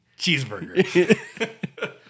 Cheeseburger